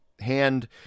hand